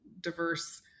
diverse